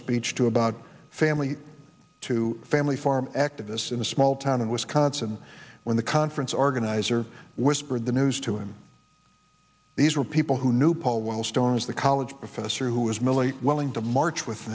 speech to about family to family farm activists in a small town in wisconsin when the conference organizer whispered the news to him these were people who knew paul wellstone as the college professor who was militant willing to march with